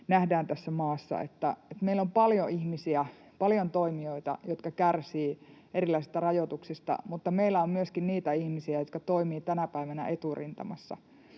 nähdään tässä maassa. Meillä on paljon ihmisiä, paljon toimijoita, jotka kärsivät erilaisista rajoituksista, mutta meillä on myöskin niitä ihmisiä, jotka toimivat tänä päivänä eturintamassa